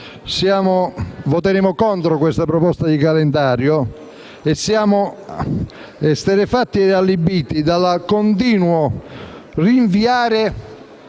voteremo contro questa proposta di calendario. Siamo esterrefatti e allibiti dal continuo rinvio